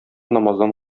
намаздан